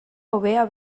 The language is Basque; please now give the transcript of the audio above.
hobea